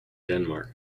denmark